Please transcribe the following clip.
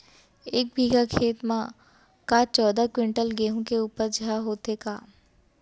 एक बीघा खेत म का चौदह क्विंटल गेहूँ के उपज ह होथे का?